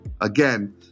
Again